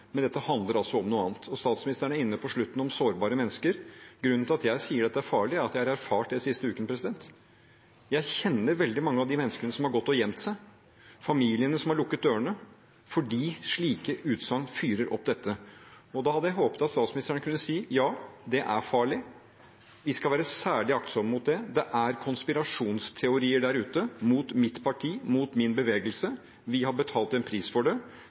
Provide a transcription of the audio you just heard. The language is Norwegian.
Men dette handler altså om noe annet. Statsministeren er på slutten inne på sårbare mennesker. Grunnen til at jeg sier at det er farlig, er at jeg har erfart det den siste uken. Jeg kjenner veldig mange av de menneskene som har gått og gjemt seg, familiene som har lukket dørene, fordi slike utsagn fyrer opp om dette. Da hadde jeg håpet at statsministeren kunne si: Ja, det er farlig, vi skal være særlig aktsomme mot det. Det er konspirasjonsteorier der ute mot mitt parti, mot min bevegelse. Vi har betalt en pris for det.